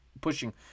pushing